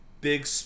big